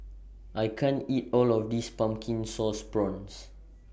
I can't eat All of This Pumpkin Sauce Prawns